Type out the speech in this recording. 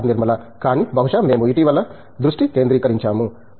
నిర్మలా కానీ బహుశా మేము ఇటీవల దృష్టి కేంద్రీకరించాము